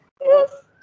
yes